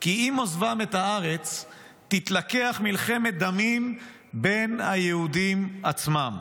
כי עם עוזבם את הארץ תתלקח מלחמת דמים בין היהודים עצמם.